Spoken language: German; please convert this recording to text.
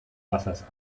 wassers